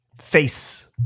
face